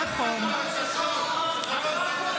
נכון.